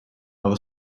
nova